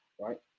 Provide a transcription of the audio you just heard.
Right